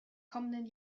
kommenden